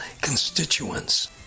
constituents